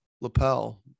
lapel